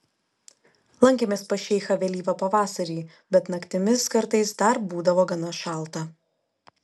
lankėmės pas šeichą vėlyvą pavasarį bet naktimis kartais dar būdavo gana šalta